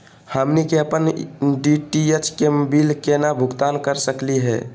हमनी के अपन डी.टी.एच के बिल केना भुगतान कर सकली हे?